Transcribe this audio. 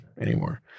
anymore